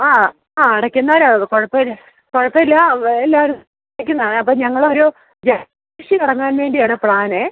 ആ ആ അടയ്ക്കുന്നവരാണ് കുഴപ്പമില്ല എല്ലാവരും അടയ്ക്കുന്നതാണേ അപ്പോള് ഞങ്ങള് ഒരു ജൈ കൃഷി തുടങ്ങാന് വേണ്ടിയാണ് പ്ലാനേ